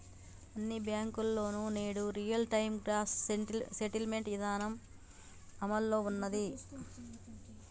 అన్ని బ్యేంకుల్లోనూ నేడు రియల్ టైం గ్రాస్ సెటిల్మెంట్ ఇదానం అమల్లో ఉన్నాది